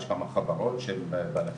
ויש גם אגודות שהן אגודות.